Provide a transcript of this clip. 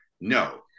No